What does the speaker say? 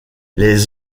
les